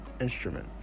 instrument